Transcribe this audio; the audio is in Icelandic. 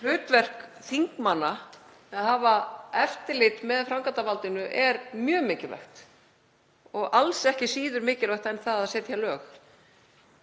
Hlutverk þingmanna við að hafa eftirlit með framkvæmdarvaldinu er mjög mikilvægt og ekki síður mikilvægt en það að setja lög.